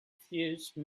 fuse